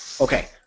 Okay